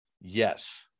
Yes